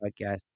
podcast